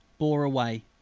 bore away.